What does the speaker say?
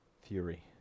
Fury